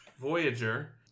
Voyager